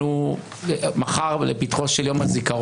אנחנו לפתחו של יום הזיכרון.